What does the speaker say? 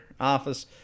office